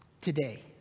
today